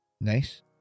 nice